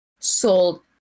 Sold